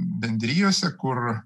bendrijose kur